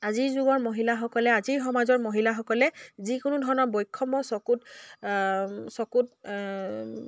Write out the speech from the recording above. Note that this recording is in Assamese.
আজিৰ যুগৰ মহিলাসকলে আজিৰ সমাজৰ মহিলাসকলে যিকোনো ধৰণৰ বৈষম্য চকুত চকুত